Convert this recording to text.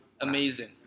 amazing